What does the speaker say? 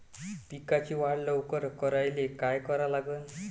पिकाची वाढ लवकर करायले काय करा लागन?